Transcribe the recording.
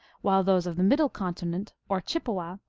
while those of the middle continent, or chippewa,